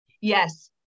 Yes